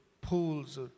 pools